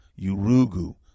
Urugu